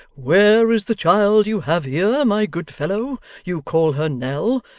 where is the child you have here, my good fellow. you call her nell.